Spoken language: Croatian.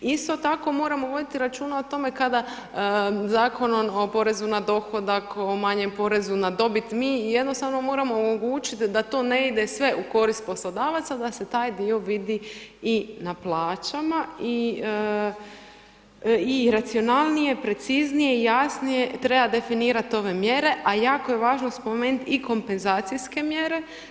Isto tako moramo vidjeti računa o tome kada Zakonom o porezu na dohodak, o manjem porezu na dobit, mi jednostavno moramo omogućiti da to ne ide sve u korist poslodavaca, da se taj dio vidi i na plaćama i racionalnije, preciznije, jasnije treba definirati ove mjere a jako je važno spomenuti i kompenzacijske mjere.